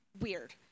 weird